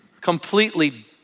completely